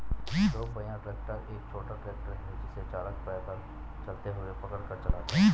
दो पहिया ट्रैक्टर एक छोटा ट्रैक्टर है जिसे चालक पैदल चलते हुए पकड़ कर चलाता है